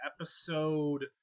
episode